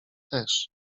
też